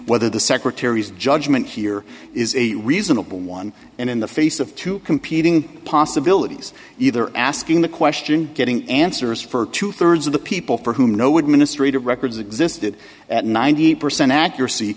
whether the secretary is judgement here is a reasonable one in the for yes of two competing possibilities either asking the question getting answers for two thirds of the people for whom no would ministry to records existed at ninety percent accuracy